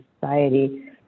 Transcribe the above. society